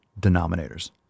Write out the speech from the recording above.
denominators